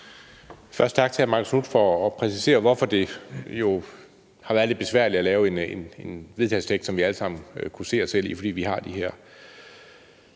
Først tak til hr. Marcus Knuth for at præcisere, hvorfor det jo har været lidt besværligt at lave et forslag til vedtagelse, som vi alle sammen kunne se os selv i, altså fordi vi har de her